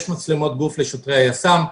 יש מצלמות גוף לשוטרי היס"מ.